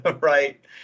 right